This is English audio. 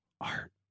Art